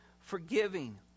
forgiving